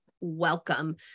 Welcome